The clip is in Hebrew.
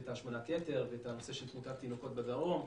השמנת יתר ואת הנושא של תמותת תינוקות בדרום.